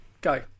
Go